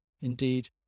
indeed